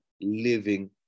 living